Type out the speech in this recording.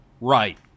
Right